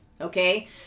okay